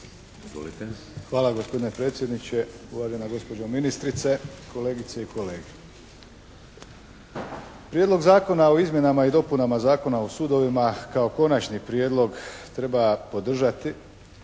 Hvala gospodine predsjedniče. Uvažena gospođo ministrice, kolegice i kolege. Prijedlog zakona o izmjenama i dopunama Zakona o sudovima kao konačni prijedlog treba podržati